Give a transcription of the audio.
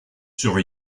sur